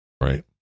right